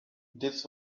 this